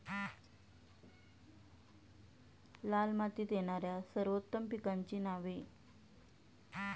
लाल मातीत येणाऱ्या सर्वोत्तम पिकांची नावे?